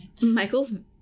Michael's